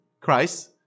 Christ